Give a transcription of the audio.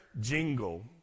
Jingle